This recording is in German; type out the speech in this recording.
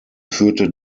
führte